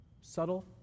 subtle